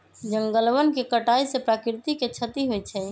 जंगल वन के कटाइ से प्राकृतिक के छति होइ छइ